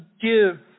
give